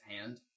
hand